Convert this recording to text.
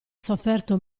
sofferto